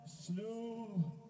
slew